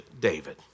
David